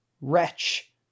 wretch